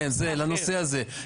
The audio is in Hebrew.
כן, לנושא הזה.